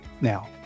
now